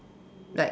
like